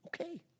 okay